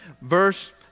verse